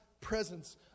presence